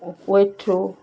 weight throw